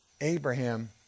abraham